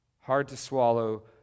hard-to-swallow